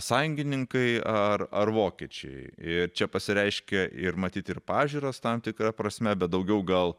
sąjungininkai ar ar vokiečiai ir čia pasireiškia ir matyt ir pažiūros tam tikra prasme bet daugiau gal